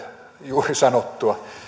juuri sanottua